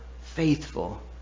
faithful